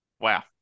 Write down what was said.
Wow